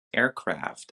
aircraft